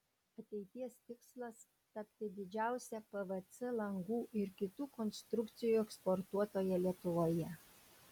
ateities tikslas tapti didžiausia pvc langų ir kitų konstrukcijų eksportuotoja lietuvoje